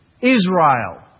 Israel